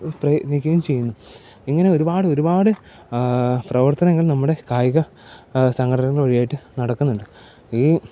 പ്രയത്നിക്കുകയും ചെയ്യുന്നു ഇങ്ങനെ ഒരുപാട് ഒരുപാട് പ്രവർത്തനങ്ങൾ നമ്മുടെ കായിക സംഘടനകൾ വഴിയായിട്ട് നടക്കുന്നുണ്ട് ഈ